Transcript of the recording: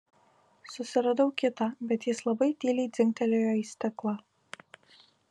susiradau kitą bet jis labai tyliai dzingtelėjo į stiklą